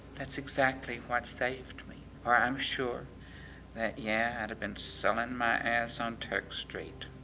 that's exactly what saved me. or i'm sure that, yeah, i'd have been selling my ass on turk street,